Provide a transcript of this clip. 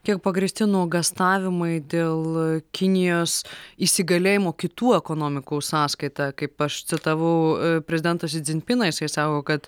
kiek pagrįsti nuogąstavimai dėl kinijos įsigalėjimo kitų ekonomikų sąskaita kaip aš citavau prezidentas si dzinpiną jisai sako kad